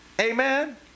Amen